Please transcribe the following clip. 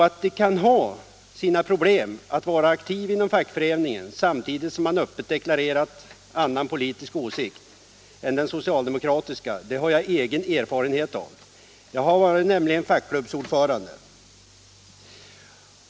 Att det kan ha sina problem att vara aktiv inom fackföreningen om man öppet deklarerat annan politisk åsikt än den socialdemokratiska har jag egen erfarenhet av. Jag har nämligen varit fackklubbsordförande.